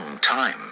time